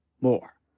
more